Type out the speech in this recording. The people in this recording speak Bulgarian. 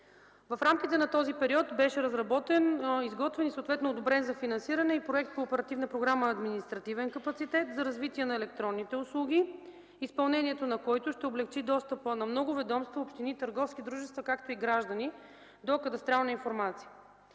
В рамките на този период беше разработен, изготвен и съответно одобрен за финансиране и проект по Оперативна програма „Административен капацитет” за развитие на електронните услуги, изпълнението на който ще облекчи достъпа на много ведомства, общини, търговски дружества, както и граждани до кадастрална информация.